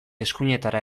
eskuinetara